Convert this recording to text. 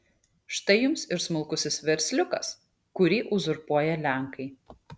štai jums ir smulkusis versliukas kurį uzurpuoja lenkai